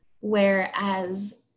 whereas